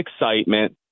excitement